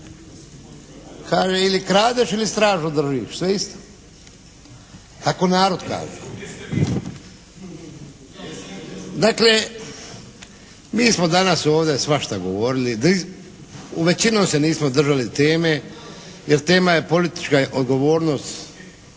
kaže ili kradeš ili stražu držiš sve isto. Tako narod kaže. Dakle, mi smo danas ovdje svašta govorili. Većinom se nismo držali teme, jer tema je politička odgovornost